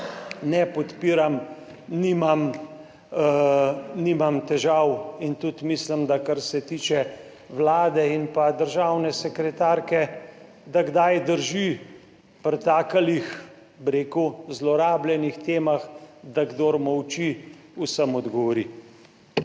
Nimam, nimam težav in tudi mislim, da kar se tiče Vlade in pa državne sekretarke, da kdaj drži pri takih, bi rekel, zlorabljenih temah, da kdor molči, vsem odgovori.